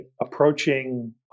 approaching